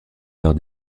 lors